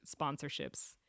sponsorships